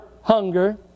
hunger